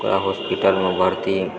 ओकरा हॉस्पिटलमे भर्ती